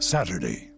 Saturday